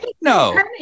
No